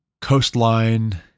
coastline